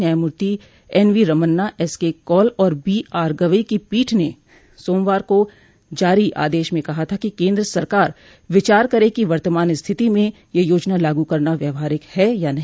न्यायमूर्ति N V Ramana S K Kaul और B R Gavai की पीठ ने सोमवार को जारी आदेश में कहा था कि केन्द्र सरकार विचार करे कि वर्तमान स्थिति में यह योजना लागू करना व्यावहारिक है या नहीं